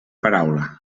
paraula